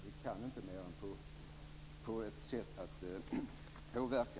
Vi kan inte göra något annat än att påverka.